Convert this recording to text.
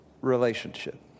relationship